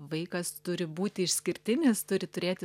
vaikas turi būti išskirtinis turi turėti